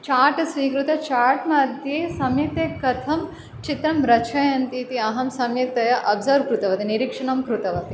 chart स्वीकृत chart मद्ये सम्यक् ते कथं चित्रं रचयन्ति इति अहं सम्यक्तया अब्सर्व् कृतवती निरीक्षणं कृतवती